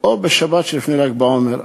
או בשבת שלפני ל"ג בעומר.